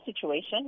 situation